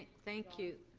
thank you.